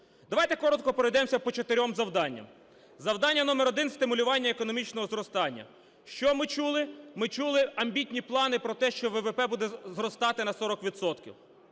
Давайте коротко пройдемося по чотирьом завданням. Завдання номер один – стимулювання економічного зростання. Що ми чули? Ми чули амбітні плани про те, що ВВП буде зростати на 40